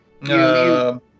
No